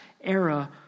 era